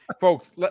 folks